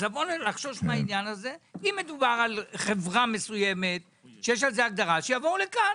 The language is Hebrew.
אם מדובר בחברה מסוימת, שיש הגדרה - שיבואו לפה.